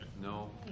No